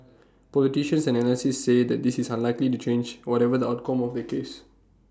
politicians and analysts say that this is unlikely to change whatever the outcome of the case